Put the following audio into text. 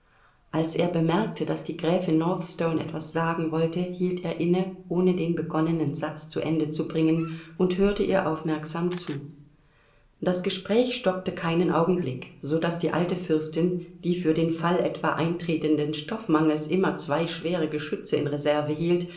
als er bemerkte daß die gräfin northstone etwas sagen wollte hielt er inne ohne den begonnenen satz zu ende zu bringen und hörte ihr aufmerksam zu das gespräch stockte keinen augenblick so daß die alte fürstin die für den fall etwa eintretenden stoffmangels immer zwei schwere geschütze in reserve hielt